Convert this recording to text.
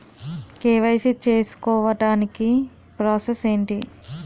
KYC చేసుకోవటానికి process ఏంటి?